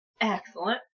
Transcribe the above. Excellent